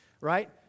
Right